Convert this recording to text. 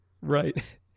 right